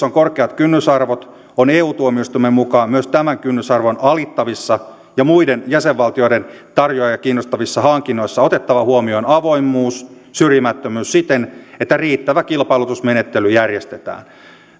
on korkeat kynnysarvot on eu tuomioistuimen mukaan myös tämän kynnysarvon alittavissa ja muiden jäsenvaltioiden tarjoajia kiinnostavissa hankinnoissa otettava huomioon avoimuus ja syrjimättömyys siten että riittävä kilpailutusmenettely järjestetään